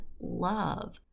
love